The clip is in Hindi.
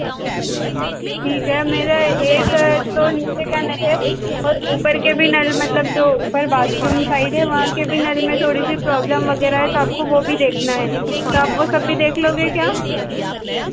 ठीक है मेरा एक तो नीचे का नल है और ऊपर के भी नल मतलब जो ऊपर बाथरूम साइड वहाँ के नल में भी थोड़ी प्रॉबलम वगैरह है तो आपको वो भी देखना है तो वो सब भी देख लोगे क्या